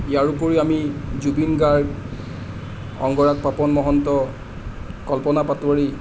ইয়াৰ উপৰিও আমি জুবিন গাৰ্গ অংগৰাগ পাপন মহন্ত কল্পনা পাটোৱাৰী